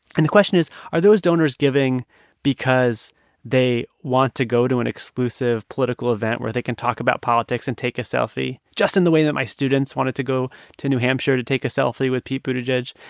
and the question is, are those donors giving because they want to go to an exclusive political event where they can talk about politics and take a selfie just in the way that my students wanted to go to new hampshire to take a selfie with pete buttigieg?